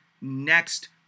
next